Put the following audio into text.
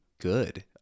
good